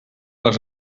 les